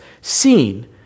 seen